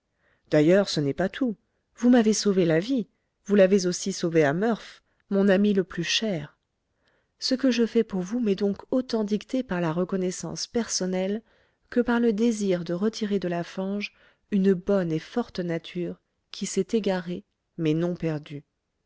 d'ailleurs ce n'est pas tout vous m'avez sauvé la vie vous l'avez aussi sauvée à murph mon ami le plus cher ce que je fais pour vous m'est donc autant dicté par la reconnaissance personnelle que par le désir de retirer de la fange une bonne et forte nature qui s'est égarée mais non perdue